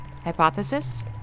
hypothesis